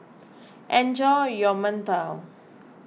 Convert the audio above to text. enjoy your Mantou